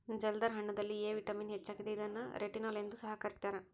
ಜಲ್ದರ್ ಹಣ್ಣುದಲ್ಲಿ A vitamin ಹೆಚ್ಚಾಗಿದೆ ಇದನ್ನು ರೆಟಿನೋಲ್ ಎಂದು ಸಹ ಕರ್ತ್ಯರ